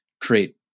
create